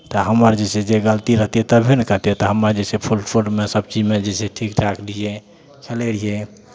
तऽ हमर जे छै जे गलती रहतै तभिए ने कहितियै तऽ हमर जे छै फुट फुटबॉलमे सभ चीजमे जे छै ठीक ठाक दिये चलै रहियै